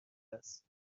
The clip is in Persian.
است